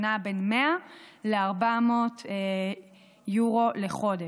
שנעה בין 100 ל-400 יורו לחודש.